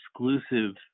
exclusive